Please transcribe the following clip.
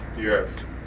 Yes